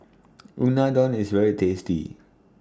Unadon IS very tasty